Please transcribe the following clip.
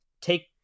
take